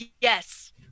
Yes